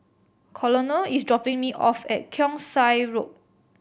Colonel is dropping me off at Keong Saik Road